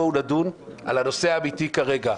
בואו נדון על הנושא האמיתי כרגע,